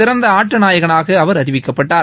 சிறந்த ஆட்ட நாயகனாக அவர் அறிவிக்கப்பட்டார்